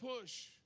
push